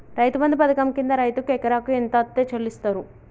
రైతు బంధు పథకం కింద రైతుకు ఎకరాకు ఎంత అత్తే చెల్లిస్తరు?